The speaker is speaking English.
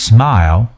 Smile